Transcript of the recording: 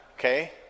Okay